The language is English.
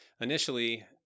initially